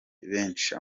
benshi